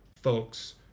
folks